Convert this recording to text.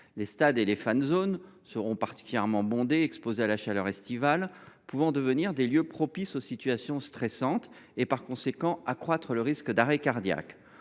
Les stades et les fan zones, particulièrement bondés et exposés à la chaleur estivale, pourront devenir des lieux propices aux situations stressantes et, par conséquent, accroître le risque d’arrêt cardiaque.